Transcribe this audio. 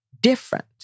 different